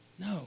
No